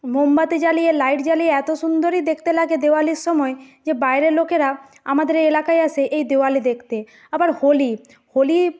মোমবাতি জালিয়ে লাইট জালিয়ে এত সুন্দরই দেখতে লাগে দেওয়ালির সময় যে বাইরের লোকেরা আমাদের এই এলাকায় আসে এই দেওয়ালি দেখতে আবার হোলি হোলি